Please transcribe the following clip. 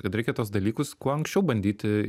kad reikia tuos dalykus kuo anksčiau bandyti